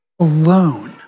alone